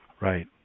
right